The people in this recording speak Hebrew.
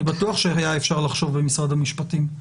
אני בטוח שהיה אפשר לחשוב במשרד המשפטים.